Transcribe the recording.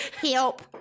help